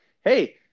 hey